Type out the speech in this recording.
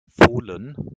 fohlen